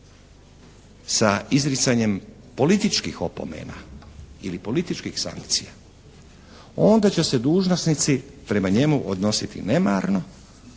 sa izricanjem političkih opomena ili političkih sankcija, onda će se dužnosnici prema njemu odnositi nemarno